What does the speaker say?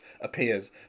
appears